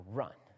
run